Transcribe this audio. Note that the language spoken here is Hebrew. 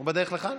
הוא בדרך לכאן?